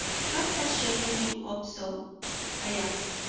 what has shaken you up so i asked.